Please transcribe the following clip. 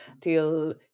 till